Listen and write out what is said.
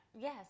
yes